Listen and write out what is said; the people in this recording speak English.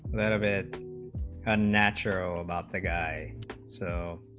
that event unnatural about the guy so